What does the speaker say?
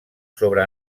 sobre